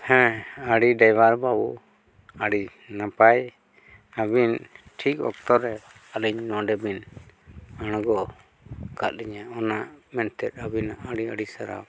ᱦᱮᱸ ᱜᱟᱹᱰᱤ ᱰᱟᱭᱵᱟᱨ ᱵᱟᱹᱵᱩ ᱟᱹᱰᱤ ᱱᱟᱯᱟᱭ ᱟᱹᱵᱤᱱ ᱴᱷᱤᱠ ᱚᱠᱛᱚᱨᱮ ᱟᱹᱞᱤᱧ ᱱᱚᱸᱰᱮᱵᱤᱱ ᱟᱬᱜᱳ ᱟᱠᱟᱫ ᱞᱤᱧᱟᱹ ᱚᱱᱟ ᱢᱮᱱᱛᱮ ᱟᱹᱵᱤᱱ ᱟᱹᱰᱤ ᱟᱹᱰᱤ ᱥᱟᱨᱦᱟᱣ